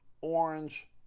orange